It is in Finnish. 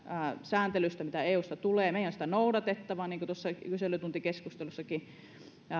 sääntelyistä mitä eusta tulee meidän on sitä noudatettava niin kuin tuossa kyselytuntikeskustelussakin tuli että